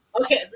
Okay